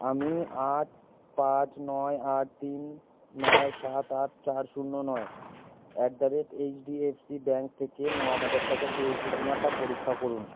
আমি আট পাঁচ নয় আট তিন নয় সাত আট চার শূন্য নয় at the rate HDFC bank থেকে ন হাজার টাকা পেয়েছি কি না তার পরীক্ষা করুন